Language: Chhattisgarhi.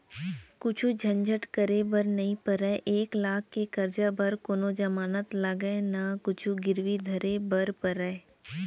कुछु झंझट करे बर नइ परय, एक लाख के करजा बर न कोनों जमानत लागय न कुछु गिरवी धरे बर परय